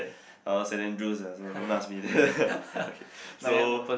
uh Saint Andrew's ah so don't ask me okay so